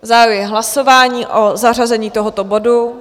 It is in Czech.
Zahajuji hlasování o zařazení tohoto bodu.